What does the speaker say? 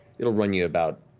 it'll run you about